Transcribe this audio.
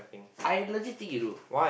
I legit think you do